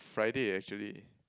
Friday actually